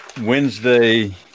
Wednesday –